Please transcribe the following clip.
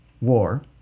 war